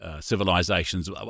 civilizations